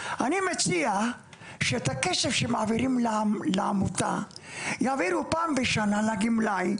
אני מציע שאת הכסף שמעבירים לעמותה יעבירו פעם בשנה לגמלאי,